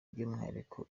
by’umwihariko